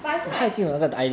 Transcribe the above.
but I feel like